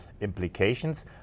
implications